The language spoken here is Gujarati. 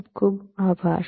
ખુબ ખુબ આભાર